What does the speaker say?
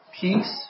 peace